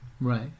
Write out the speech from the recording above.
Right